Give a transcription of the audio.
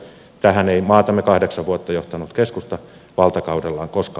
tähän ei maatamme kahdeksan vuotta johtanut keskusta valtakaudella koska